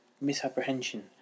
misapprehension